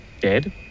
Dead